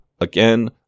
again